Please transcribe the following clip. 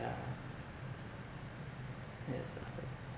yes I heard